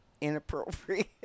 inappropriate